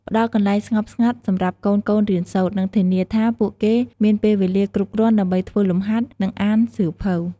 ផ្តល់កន្លែងស្ងប់ស្ងាត់សម្រាប់កូនៗរៀនសូត្រ និងធានាថាពួកគេមានពេលវេលាគ្រប់គ្រាន់ដើម្បីធ្វើលំហាត់ និងអានសៀវភៅ។